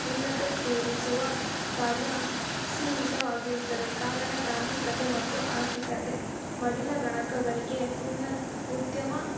ಉನ್ನತೀಕರಿಸುವ ಕಾರ್ಯ ಸೀಮಿತವಾಗಿರುತ್ತದೆ ಕಾರಣ ತಾಂತ್ರಿಕತೆ ಮತ್ತು ಆರ್ಥಿಕತೆ ಮಡಿಲ ಗಣಕಗಳಿಗೆ ಉನ್ನ ಉದ್ಯಮ